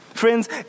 Friends